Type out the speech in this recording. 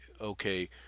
okay